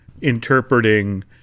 interpreting